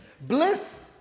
Bliss